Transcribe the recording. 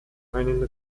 einen